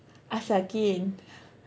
asal Qin